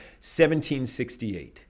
1768